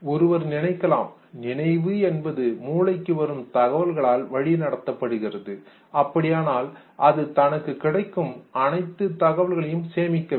ஒருவர் நினைக்கலாம் நினைவு என்பது மூளைக்கு வரும் தகவல்களால் வழிநடத்தப்படுகிறது அப்படியானால் அது தனக்கு கிடைக்கும் அனைத்து தகவல்களையும் சேமிக்க வேண்டும்